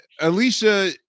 Alicia